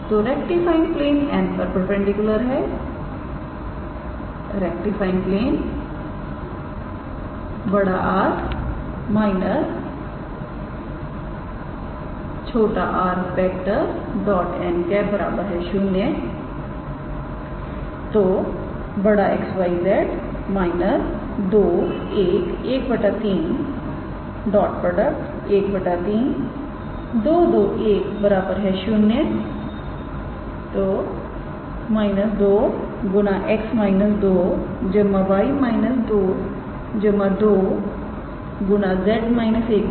तोरेक्टिफाइंग plane 𝑛̂ पर perpendicular हैरेक्टिफाइंग plane 𝑅⃗ − 𝑟⃗ 𝑛̂ 0 ⇒ 𝑋 𝑌 𝑍 − 21 1 3 1 3 221 0 ⇒ −2𝑋 − 2 𝑌 − 2 2 𝑍 − 1 3 0